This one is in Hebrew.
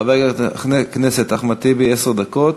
חבר הכנסת אחמד טיבי, עשר דקות,